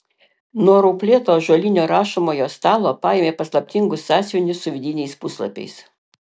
nuo rauplėto ąžuolinio rašomojo stalo paėmė paslaptingus sąsiuvinius su vidiniais puslapiais